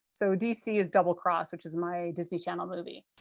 so dc is double cross, which is my disney channel movie.